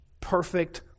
perfect